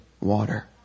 water